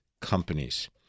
companies